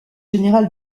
général